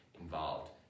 involved